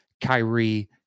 Kyrie